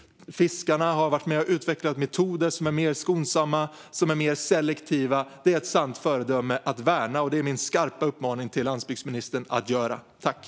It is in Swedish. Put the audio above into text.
Fiskarna har också varit med och utvecklat metoder som är mer skonsamma och mer selektiva. Detta är ett sant föredöme att värna, och det är min skarpa uppmaning till landsbygdsministern att göra så.